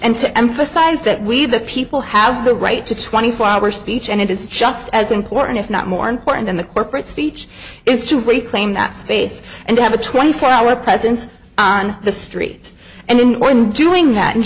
and to emphasize that we the people have the right to twenty four hour speech and it is just as important if not more important than the corporate speech is to reclaim that space and they have a twenty four hour presence on the street and in doing that and